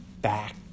Back